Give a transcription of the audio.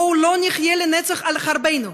בוא לא נחיה לנצח על חרבנו.